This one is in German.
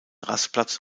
rastplatz